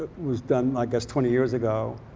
was done, i guess, twenty years ago.